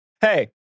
hey